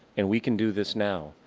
and we can do this now,